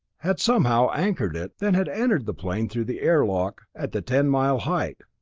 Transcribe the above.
had somehow anchored it, then had entered the plane through the air lock at the ten mile height.